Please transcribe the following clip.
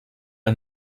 and